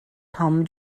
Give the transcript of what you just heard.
tom